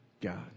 God